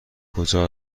کجا